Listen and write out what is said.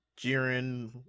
Jiren